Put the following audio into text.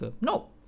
No